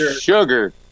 sugar